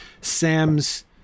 Sam's